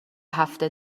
هفته